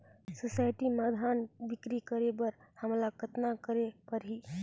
Society म धान बिक्री करे बर हमला कतना करे परही?